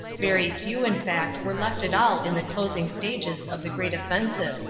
very few in fact were left at all in the closing stages of the great offensive,